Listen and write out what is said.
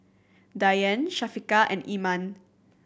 Dian Syafiqah and Iman